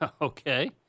Okay